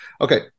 Okay